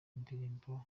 indirimbo